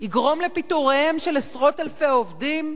יגרום לפיטוריהם של עשרות אלפי עובדים?